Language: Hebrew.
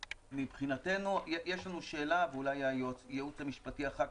מבחינתנו יש לנו שאלה ואולי הייעוץ המשפטי אחר